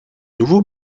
nouveau